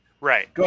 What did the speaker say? right